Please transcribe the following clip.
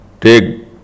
take